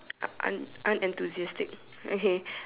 un unenthusiastic okay